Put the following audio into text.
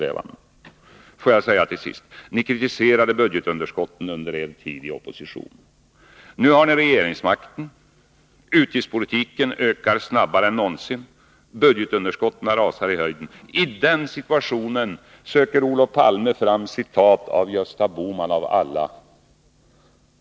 Ni kritiserade under er tid i opposition budgetunderskotten. Nu har ni regeringsmakten. Utgifterna ökar snabbare än någonsin, och siffrorna för budgetunderskotten rusar i höjden. I den situationen söker Olof Palme fram citat av Gösta Bohman — av alla!